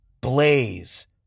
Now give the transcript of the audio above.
Blaze